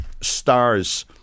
stars